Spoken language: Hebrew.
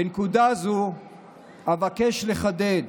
בנקודה הזו אבקש לחדד: